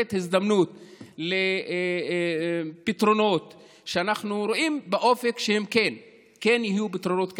לתת הזדמנות לפתרונות שאנחנו רואים באופק שהם כן יהיו פתרונות כאלה.